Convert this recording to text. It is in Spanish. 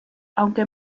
aunque